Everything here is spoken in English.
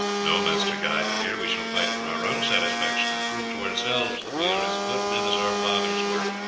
no, master guy but here we shall fight for our own satisfaction, and prove to ourselves that we are as good men as our fathers were.